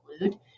include